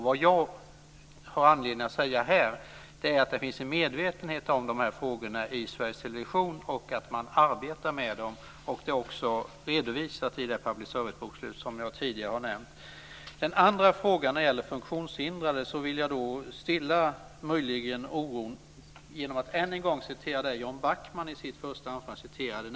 Vad jag har anledning att säga här är att det finns en medvetenhet om de här frågorna i Sveriges Television och att man arbetar med dem. Det har också redovisats i det public service-bokslut som jag tidigare har nämnt. När det gäller den andra frågan om funktionshindrade vill jag möjligen stilla oron genom att än en gång citera det som Jan Backman i sitt anförande citerade.